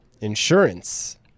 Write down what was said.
Insurance